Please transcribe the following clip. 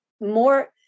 more